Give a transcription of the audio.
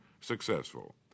successful